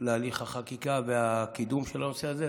להליך החקיקה והקידום של הנושא הזה.